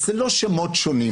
זה לא שמות שונים,